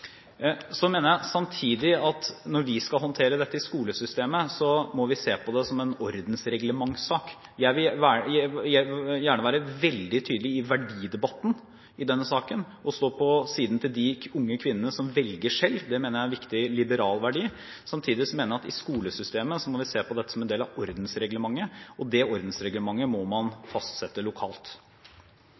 Så mener jeg samtidig at når vi skal håndtere dette i skolesystemet, må vi se på det som en ordensreglementsak. Jeg vil gjerne være veldig tydelig i verdidebatten i denne saken og stå på siden til de unge kvinnene som velger selv – det mener jeg er en viktig liberalverdi. Samtidig mener jeg at i skolesystemet må vi se på dette som en del av ordensreglementet, og det ordensreglementet må man fastsette lokalt.